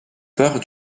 part